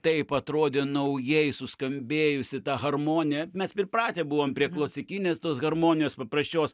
taip atrodė naujai suskambėjusi ta harmonija mes pripratę buvom prie klasikinės tos harmonijos paprasčios